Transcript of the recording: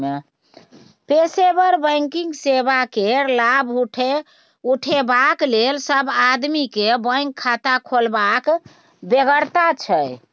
पेशेवर बैंकिंग सेवा केर लाभ उठेबाक लेल सब आदमी केँ बैंक खाता खोलबाक बेगरता छै